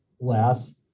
less